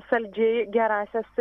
saldžiai gerąsias